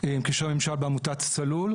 וקשרי ממשל בעמותת צלול.